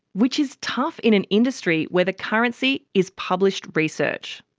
which is tough in an industry where the currency is published research.